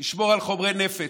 לשמור על חומרי נפץ.